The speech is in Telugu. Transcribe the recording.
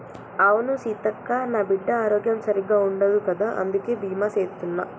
అవును సీతక్క, నా బిడ్డ ఆరోగ్యం సరిగ్గా ఉండదు కదా అందుకే బీమా సేత్తున్న